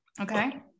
Okay